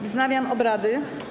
Wznawiam obrady.